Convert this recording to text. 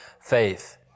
faith